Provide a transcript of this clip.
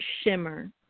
shimmer